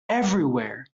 everywhere